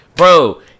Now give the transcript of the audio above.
Bro